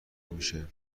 میشه